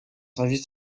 service